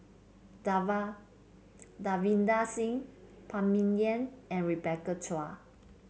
Davinder Singh Phan Ming Yen and Rebecca Chua